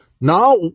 now